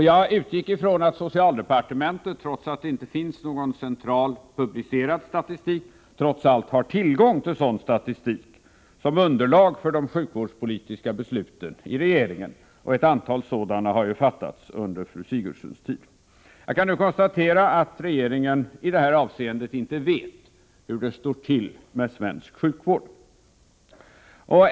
Jag utgick från att socialdepartementet, trots att det inte finns någon central, publicerad statistik, ändå har tillgång till sådan statistik som underlag för de sjukvårdspolitiska besluten i regeringen; ett antal sådana har ju fattats under fru Sigurdsens tid. Jag kan nu konstatera att regeringen i det här avseendet inte vet hur det står till med svensk sjukvård.